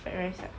fried rice ah